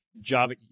Java